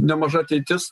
nemaža ateitis